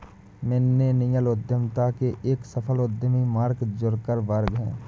millennial उद्यमिता के एक सफल उद्यमी मार्क जुकरबर्ग हैं